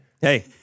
Hey